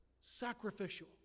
sacrificial